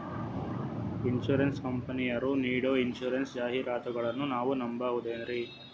Insurance ಕಂಪನಿಯರು ನೀಡೋ insurance ಜಾಹಿರಾತುಗಳನ್ನು ನಾವು ನಂಬಹುದೇನ್ರಿ?